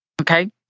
Okay